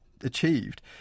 achieved